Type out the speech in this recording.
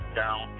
down